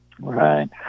Right